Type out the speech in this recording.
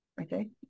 Okay